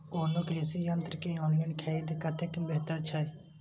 कोनो कृषि यंत्र के ऑनलाइन खरीद कतेक बेहतर छै?